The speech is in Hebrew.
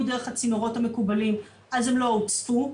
דרך הצינורות המקובלים אז הן לא הוצפו,